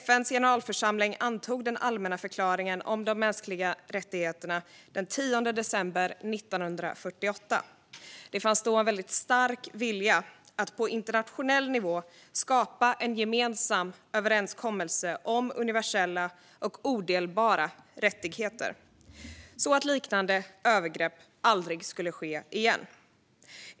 FN:s generalförsamling antog den allmänna förklaringen om de mänskliga rättigheterna den 10 december 1948. Det fanns då en väldigt stark vilja att på internationell nivå skapa en gemensam överenskommelse om universella och odelbara rättigheter, så att liknande övergrepp aldrig skulle ske igen.